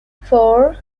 four